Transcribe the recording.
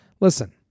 Listen